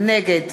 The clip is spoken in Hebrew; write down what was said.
נגד